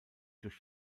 durch